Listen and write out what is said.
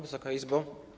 Wysoka Izbo!